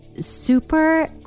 super